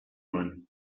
nuen